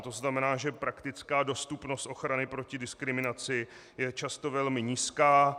To znamená, že praktická dostupnost ochrany proti diskriminaci je často velmi nízká.